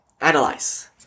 analyze